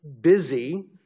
busy